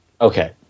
Okay